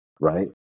right